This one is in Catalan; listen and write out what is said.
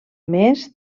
més